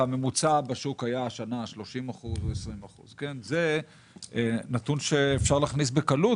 והממוצע בשוק היה השנה 30% או 20%. זה נתון שאפשר להכניס בקלות,